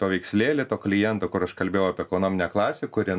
paveikslėlį to kliento kur aš kalbėjau apie ekonominę klasę kurią